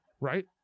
Right